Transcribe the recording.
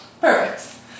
Perfect